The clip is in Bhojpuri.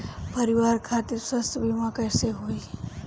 परिवार खातिर स्वास्थ्य बीमा कैसे होई?